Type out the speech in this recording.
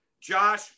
Josh